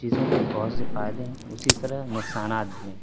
چیزوں کے بہت سے فائدے ہیں اسی طرح نقصانات بھی ہیں